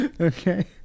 Okay